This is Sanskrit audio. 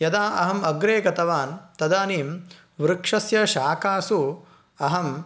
यदा अहम् अग्रे गतवान् तदानीं वृक्षस्य शाखासु अहं